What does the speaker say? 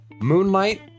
Moonlight